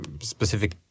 specific